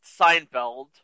Seinfeld